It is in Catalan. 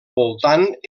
voltant